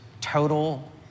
total